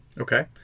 Okay